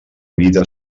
vida